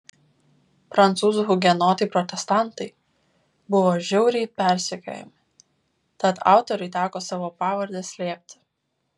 prancūzų hugenotai protestantai buvo žiauriai persekiojami tad autoriui teko savo pavardę slėpti